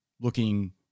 looking